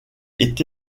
est